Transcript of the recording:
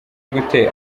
gute